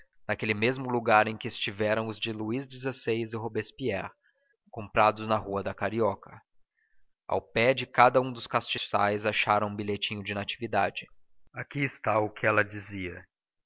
naquele mesmo lugar em que estiveram os de luís xvi e robespierre comprados na rua da carioca ao pé de cada um dos castiçais acharam um bilhetinho de natividade aqui está o que ela dizia